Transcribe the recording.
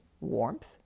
warmth